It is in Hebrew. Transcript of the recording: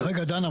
רגע דנה.